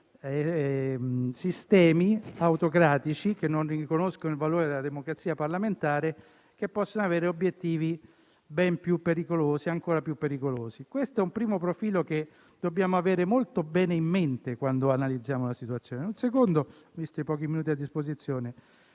sistemi autocratici che non riconoscono il valore della democrazia parlamentare e possono avere obiettivi ben più pericolosi. Questo è un primo profilo, che dobbiamo avere molto bene in mente quando analizziamo la situazione. Un secondo profilo è quello della